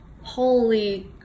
holy